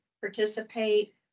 participate